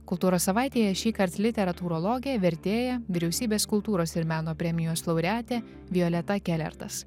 kultūros savaitėje šįkart literatūrologė vertėja vyriausybės kultūros ir meno premijos laureatė violeta kelertas